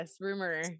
rumor